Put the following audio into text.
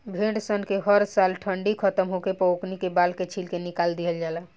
भेड़ सन के हर साल ठंडी खतम होखे पर ओकनी के बाल के छील के निकाल दिहल जाला